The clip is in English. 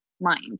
mind